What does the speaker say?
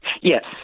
yes